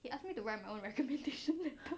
you ask me to write my own recommendation letter